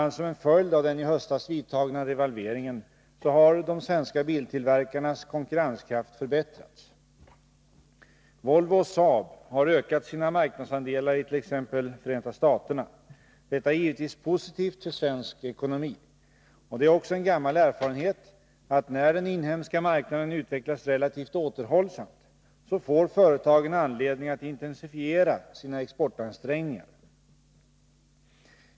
a. som en följd av den i höstas vidtagna delvalveringen har de svenska biltillverkarnas konkurrenskraft förbättrats. Volvo och SAAB har ökat sina marknadsdelar it.ex. Förenta staterna. Detta är givetvis positivt för svensk ekonomi. Det är också en gammal erfarenhet att när den inhemska marknaden utvecklas relativt återhållsamt, får företagen anledning att intensifiera sina exportansträngningar.